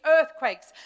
earthquakes